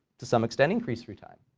to some extent, increased through time.